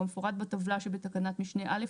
כמפורט בטבלה שבתקנת משנה (א),